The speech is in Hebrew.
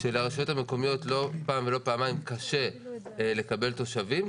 שלרשויות המקומיות לא פעם ולא פעמיים קשה לקבל תושבים,